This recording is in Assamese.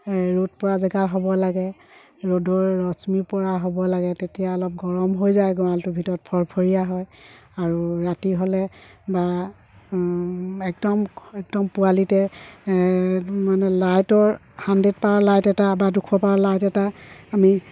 ৰ'দ পৰা জেগা হ'ব লাগে ৰ'দৰ ৰশ্মি পৰা হ'ব লাগে তেতিয়া অলপ গৰম হৈ যায় গড়ালটোৰ ভিতৰত ফৰফৰীয়া হয় আৰু ৰাতি হ'লে বা একদম একদম পোৱালিতে মানে লাইটৰ হাণ্ড্ৰেড পাৱাৰ লাইট এটা বা দুশ পাৱাৰ লাইট এটা আমি